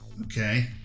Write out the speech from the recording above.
Okay